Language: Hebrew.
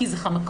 כי זה חמקמק.